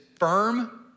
firm